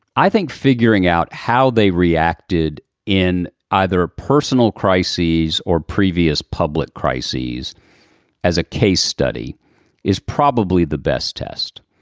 i think figuring out how they reacted in either a personal crises or previous public crises as a case study is probably the best test.